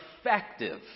effective